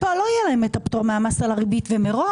ופה לא יהיה להן את הפטור מהמס על הריבית ומראש